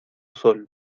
sol